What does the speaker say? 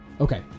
Okay